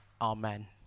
Amen